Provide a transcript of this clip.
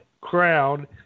crowd